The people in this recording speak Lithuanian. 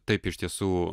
taip iš tiesų